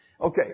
Okay